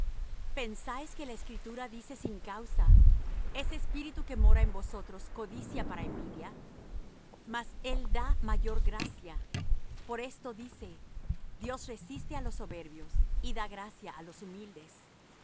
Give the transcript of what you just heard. pensáis que la escritura dice sin causa es espíritu que mora en nosotros codicia para envidia mas él da mayor gracia por esto dice dios resiste á los soberbios y da gracia á los humildes